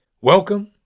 Welcome